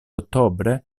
ottobre